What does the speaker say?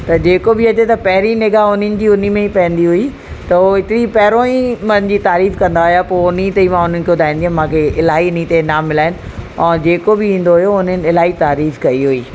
त जेको बि अचे त पहिरीं निगाह उन्हिनि जी उन्हीअ में पवंदी हुई त उहो एतिरी पहिरों ई मांजी तारीफ़ कंदा हुआ पोइ उन्हीअ ते मां मां उन्हनि खे ॿुधाईंदी हुअमि मांखे अलाई इन्हीअ ते इनाम मिलिया आहिनि और जेको बि ईंदो हुओ उन्हनि इलाही तारीफ़ कई हुई